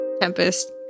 Tempest